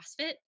CrossFit